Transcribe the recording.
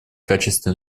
качестве